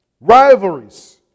rivalries